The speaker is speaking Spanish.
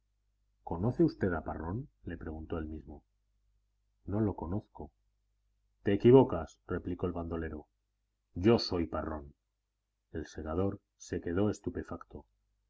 conoce usted a parrón le preguntó él mismo no lo conozco te equivocas replicó el bandolero yo soy parrón el segador se quedó estupefacto